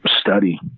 study